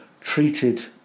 treated